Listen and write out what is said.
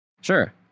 Sure